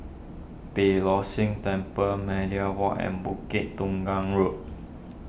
Beeh Low See Temple Media Walk and Bukit Tunggal Road